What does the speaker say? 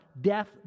death